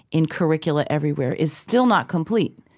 in curricula everywhere, is still not complete,